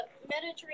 Mediterranean